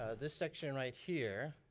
this section right here,